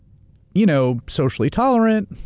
you know, socially tolerant,